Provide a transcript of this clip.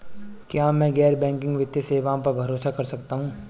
क्या मैं गैर बैंकिंग वित्तीय सेवाओं पर भरोसा कर सकता हूं?